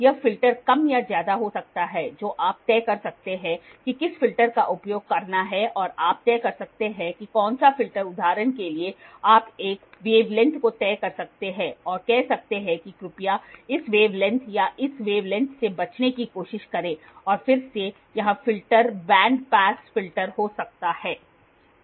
यह फिल्टर कम या ज्यादा हो सकता है जो आप तय कर सकते हैं कि किस फिल्टर का उपयोग करना है और आप तय कर सकते हैं कि कौन सा फिल्टर उदाहरण के लिए आप एक वेव लेन्त को तय कर सकते हैं और कह सकते हैं कि कृपया इस वेव लेन्त या इस वेव लेन्त से बचने की कोशिश करें और फिर से यहां फ़िल्टर बेंडपास फ़िल्टर हो सकता है